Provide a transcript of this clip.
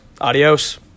Adios